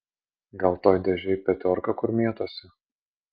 gal toj dėžėj petiorka kur mėtosi